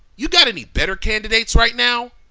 you got any better candidates right now?